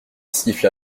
siffla